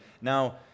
Now